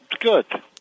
Good